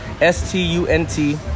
S-T-U-N-T